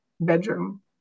bedroom